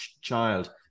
child